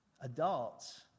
adults